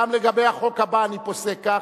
גם לגבי החוק הבא אני פוסק כך,